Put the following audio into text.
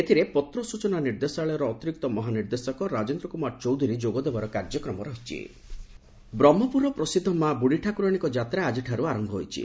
ଏଥିରେ ପତ୍ର ସୂଚନା ନିର୍ଦ୍ଦେଶାଳୟର ଅତିରିକ୍ତ ମହାନିର୍ଦ୍ଦେଶକ ରାଜେନ୍ଦ୍ର କୁମାର ଚୌଧୁରୀ ଯୋଗଦେବାର କାର୍ଯ୍ୟକ୍ରମ ବୁଢ଼ିଠାକୁରାଣୀ ଯାତ୍ରା ବ୍ରହ୍କପୁରର ପ୍ରସିଦ୍ଧ ମା' ବୁତ୍ୀଠାକୁରାଶୀଙ୍କ ଯାତ୍ରା ଆଜିଠାରୁ ଆର ହୋଇଯାଇଛି